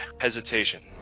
hesitation